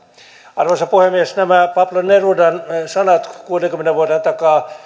arvoisa puhemies nämä pablo nerudan sanat kuudenkymmenen vuoden takaa